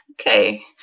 Okay